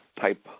type